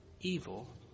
evil